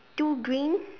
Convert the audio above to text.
two green